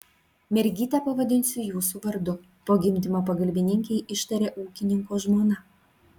mergytę pavadinsiu jūsų vardu po gimdymo pagalbininkei ištarė ūkininko žmona